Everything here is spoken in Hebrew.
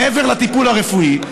מעבר לטיפול הרפואי,